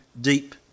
deep